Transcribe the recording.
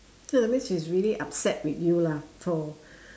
so that means she is really upset with you lah for